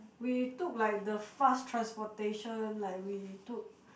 we took like the fast transportation like we took